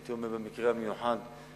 הייתי אומר המקרה המיוחד שדרות,